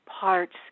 parts